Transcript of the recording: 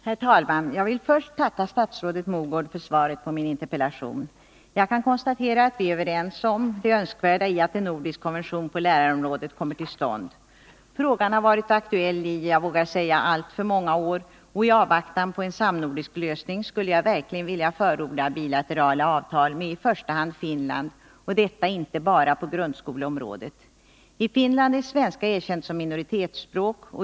Herr talman! Jag vill först tacka statsrådet Mogård för svaret på min interpellation. Jag kan konstatera att vi är överens om det önskvärda i att en nordisk konvention på lärarområdet kommer till stånd. Frågan har varit aktuell i — vågar jag säga — alltför många år. I avvaktan på en samnordisk lösning skulle jag verkligen vilja förorda bilaterala avtal med i första hand Finland — och detta inte bara på grundskoleområdet. I Finland är svenska erkänt som minoritetsspråk.